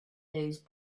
those